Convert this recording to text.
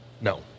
No